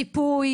ריפוי,